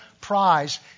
prize